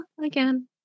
Again